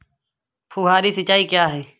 फुहारी सिंचाई क्या है?